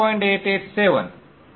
887